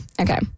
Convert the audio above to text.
Okay